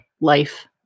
life